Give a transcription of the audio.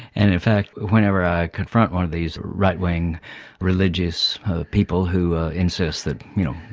and in fact whenever i confront one of these right-wing religious people who insist that, you know,